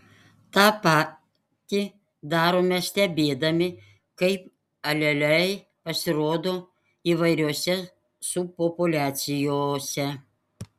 tą patį darome stebėdami kaip aleliai pasirodo įvairiose subpopuliacijose